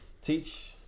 Teach